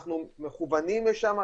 אנחנו מכוונים לשם,